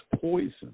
poison